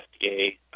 FDA